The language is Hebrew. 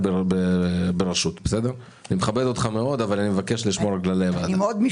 הם גם לא